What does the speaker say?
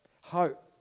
Hope